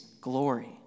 glory